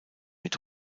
mit